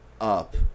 up